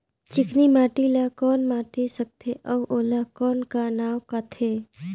चिकनी माटी ला कौन माटी सकथे अउ ओला कौन का नाव काथे?